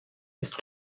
ist